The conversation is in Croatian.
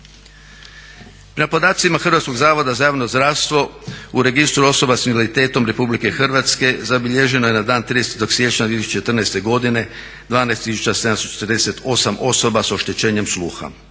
Prema podacima Hrvatskog zavoda za javno zdravstvo u registru osoba sa invaliditetom Republike Hrvatske zabilježeno je na dan 30. siječnja 2014. godine 12 tisuća 748 osoba s oštećenjem sluha.